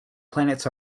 planets